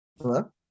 hello